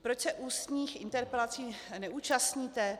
Proč se ústních interpelací neúčastníte?